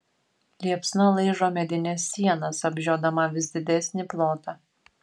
liepsna laižo medines sienas apžiodama vis didesnį plotą